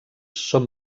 són